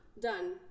Done